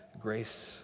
grace